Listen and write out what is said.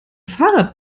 fahrrad